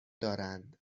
دارند